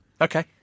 Okay